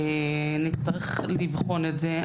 נצטרך לבחון את זה.